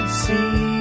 see